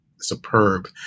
superb